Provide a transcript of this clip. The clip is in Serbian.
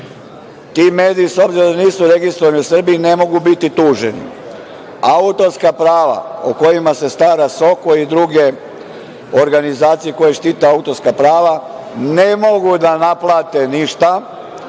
Ti mediji, s obzirom da nisu registrovani u Srbiji, ne mogu biti tuženi. Autorska prava o kojima se stara SOKOJ i druge organizacije koje štite autorska prava ne mogu da naplate ništa,